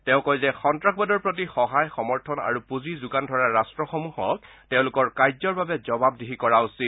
তেওঁ কয় যে সন্ত্ৰাসবাদৰ প্ৰতি সহায় সমৰ্থন আৰু পুঁজি যোগান ধৰা ৰাট্টসমূহক তেওঁলোকৰ কাৰ্যৰ বাবে জবাবদিহি কৰা উচিত